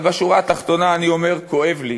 אבל בשורה התחתונה אני אומר: כואב לי